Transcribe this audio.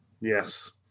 Yes